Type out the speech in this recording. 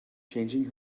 changing